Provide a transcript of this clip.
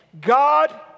God